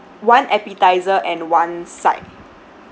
one appetiser and one side